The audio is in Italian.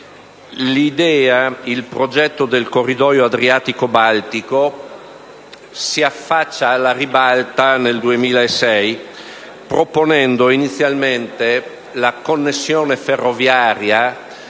Il progetto del corridoio Adriatico-Baltico, si affaccia alla ribalta nel 2006, proponendo inizialmente la connessione ferroviaria,